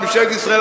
ממשלת ישראל,